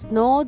no